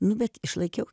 nu bet išlaikiau